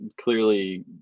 clearly